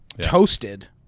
toasted